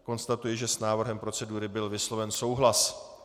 Konstatuji, že s návrhem procedury byl vysloven souhlas.